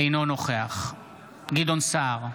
אינו נוכח גדעון סער,